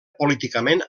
políticament